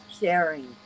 sharing